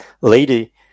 lady